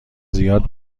زیاد